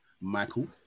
Michael